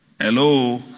Hello